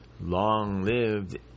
long-lived